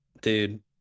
dude